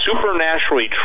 supernaturally